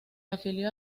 afilió